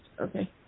Okay